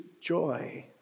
joy